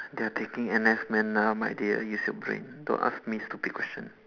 they are taking N_S men lah my dear use your brain don't ask me stupid question